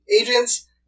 agents